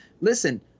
Listen